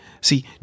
see